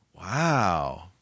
Wow